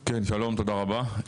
כן, שלום, תודה רבה.